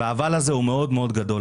והאבל הזה הוא מאוד גדול.